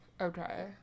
okay